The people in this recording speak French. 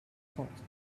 trente